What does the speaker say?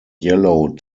yellow